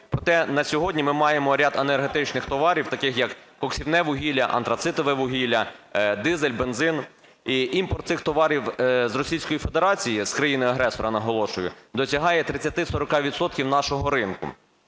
Проте на сьогодні ми маємо ряд енергетичних товарів, таких як коксівне вугілля, антрацитове вугілля, дизель, бензин. І імпорт цих товарів з Російської Федерації, з країни-агресора, наголошую, досягає 30-40 відсотків нашого ринку